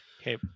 Okay